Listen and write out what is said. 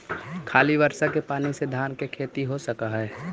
खाली बर्षा के पानी से धान के खेती हो सक हइ?